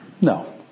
No